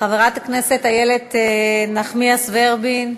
חברת הכנסת איילת נחמיאס ורבין,